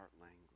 language